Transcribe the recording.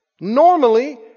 Normally